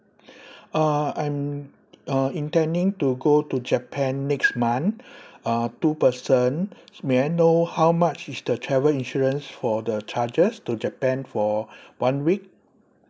uh I'm uh intending to go to japan next month uh two person may I know how much is the travel insurance for the charges to japan for one week